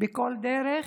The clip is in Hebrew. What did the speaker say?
בכל דרך,